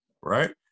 right